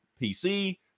PC